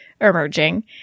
emerging